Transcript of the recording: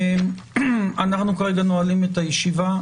אנחנו כרגע נועלים את הישיבה.